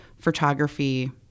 photography